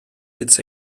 its